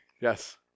Yes